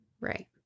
Right